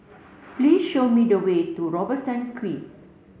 please show me the way to Robertson Quay